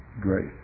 grace